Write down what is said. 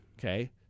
Okay